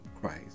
Christ